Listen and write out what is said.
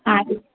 हा